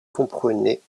comprenait